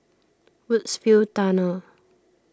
Woodsville Tunnel